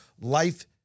life